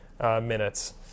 minutes